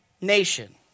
nation